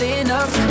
enough